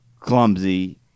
clumsy